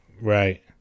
right